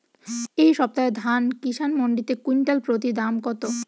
এই সপ্তাহে ধান কিষান মন্ডিতে কুইন্টাল প্রতি দাম কত?